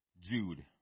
Jude